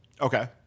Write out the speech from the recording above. okay